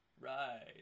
Right